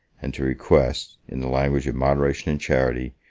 and to request, in the language of moderation and charity,